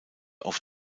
auf